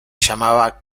llamaba